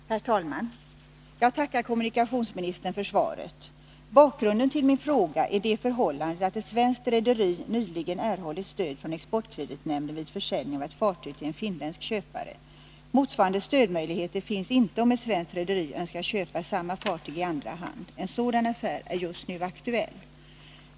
Herr talman! jag tackar kommunikationsministern för svaret. Bakgrunden till min fråga är det förhållandet att ett svenskt rederi nyligen erhållit stöd från exportkreditnämnden vid försäljning av ett fartyg till en finländsk köpare. Motsvarande stödmöjligheter finns inte, om ett svenskt rederi önskar köpa samma fartyg i andra hand. En sådan affär är just nu aktuell.